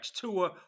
Tua